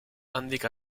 handik